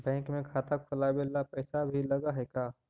Bank में खाता खोलाबे ल पैसा भी लग है का?